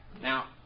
Now